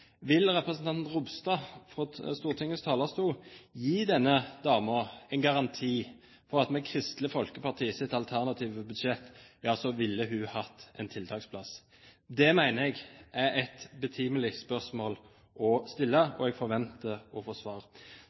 Vil representanten Ropstad fra Stortingets talerstol gi denne damen en garanti for at hun med Kristelig Folkepartis alternative budsjett ville hatt en tiltaksplass? Det mener jeg er et betimelig spørsmål å stille, og jeg forventer å få svar.